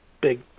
big